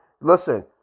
Listen